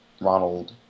Ronald